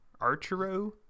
Archero